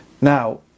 Now